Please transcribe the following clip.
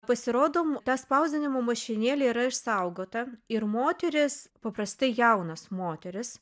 pasirodo ta spausdinimo mašinėlė yra išsaugota ir moterys paprastai jaunos moterys